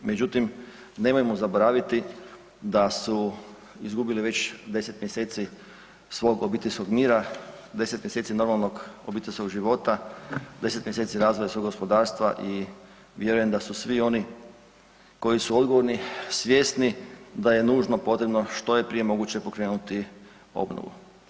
Međutim, nemojmo zaboraviti da su izgubili već 10 mjeseci svog obiteljskog mira, 10 mjeseci normalnog obiteljskog života, 10 mjeseci razvoja svog gospodarstva i vjerujem da su svi oni koji su odgovorni svjesni da je nužno potrebno što je prije moguće pokrenuti obnovu.